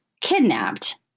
kidnapped